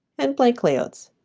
and blank layouts.